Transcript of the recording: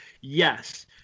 Yes